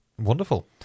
Wonderful